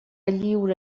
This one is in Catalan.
lliure